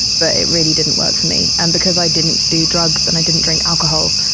but it really didn't work for me. and because i didn't do drugs and i didn't drink alcohol,